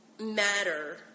matter